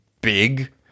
big